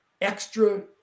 extra